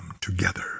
together